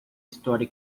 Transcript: história